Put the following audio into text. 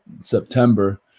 September